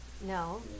No